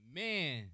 man